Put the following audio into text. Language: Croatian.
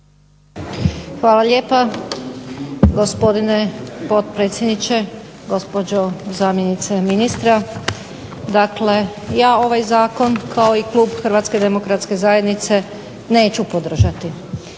Hvala lijepa gospodine potpredsjedniče, gospođo zamjenice ministra. Dakle, ja ovaj Zakon kao i klub Hrvatske demokratske zajednice neću podržati.